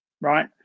right